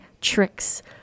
tricks